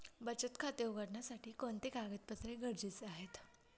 बचत खाते उघडण्यासाठी कोणते कागदपत्रे गरजेचे आहे?